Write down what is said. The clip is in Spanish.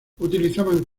utilizaban